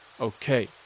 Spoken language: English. Okay